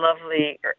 lovely